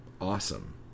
awesome